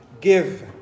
give